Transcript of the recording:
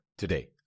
today